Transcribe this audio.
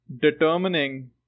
determining